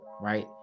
right